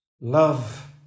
love